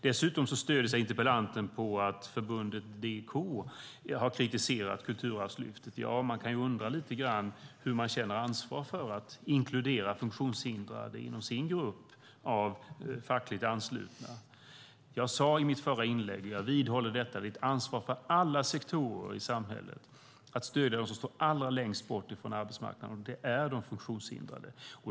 Dessutom stöder sig interpellanten på att förbundet DIK har kritiserat Kulturarvslyftet. Ja, man kan ju undra lite grann hur de känner ansvar för att inkludera funktionshindrade inom sin grupp av fackligt anslutna. Jag sade i mitt förra inlägg, och jag vidhåller detta, att det är ett ansvar för alla sektorer i samhället att stödja dem som står allra längst bort från arbetsmarknaden. Det är de funktionshindrade.